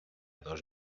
dos